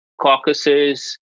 caucuses